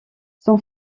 son